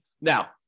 Now